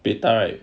peter wright